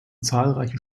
zahlreiche